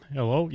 Hello